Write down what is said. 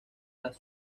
tras